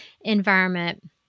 environment